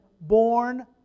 born